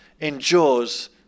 endures